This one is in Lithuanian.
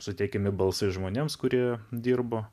suteikiami balsai žmonėms kurie dirbo